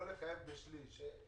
לא לחייב בשליש.